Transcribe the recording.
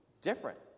different